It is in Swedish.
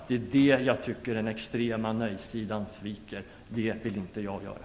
Det är på den punkten som den extrema nej-sidan sviker. Det är något som jag inte vill göra.